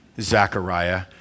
Zechariah